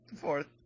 Fourth